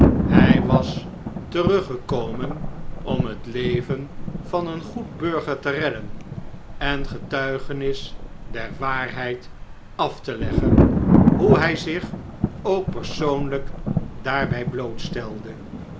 j was teruggekomen om het leven van een goed burger te redden en getuigenis der waarheid af te leggen hoe h j zich ook persoonlgk daarbj